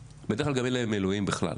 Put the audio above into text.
בדרך כלל גם אין להם אלוהים בכלל,